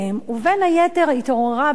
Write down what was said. בין היתר התעוררה בעיה,